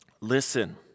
Listen